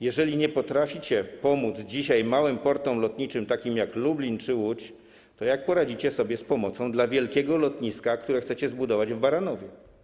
Jeżeli nie potraficie pomóc dzisiaj małym portom lotniczym takim jak Lublin czy Łódź, to jak poradzicie sobie z pomocą dla wielkiego lotniska, które chcecie zbudować w Baranowie?